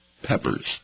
peppers